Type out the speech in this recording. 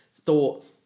thought